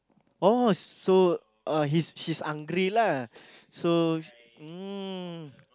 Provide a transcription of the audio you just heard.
oh so uh he's he's hungry lah so mm